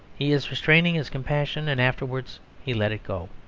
he is restraining his compassion, and afterwards he let it go.